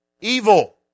evil